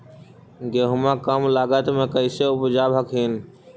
गेहुमा कम लागत मे कैसे उपजाब हखिन?